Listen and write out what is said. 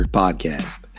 podcast